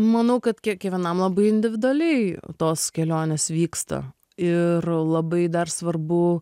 manau kad kiekvienam labai individualiai tos kelionės vyksta ir labai dar svarbu